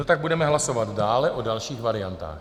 No tak budeme hlasovat dále o dalších variantách.